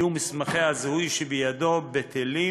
יהיו מסמכי הזיהוי שבידו בטלים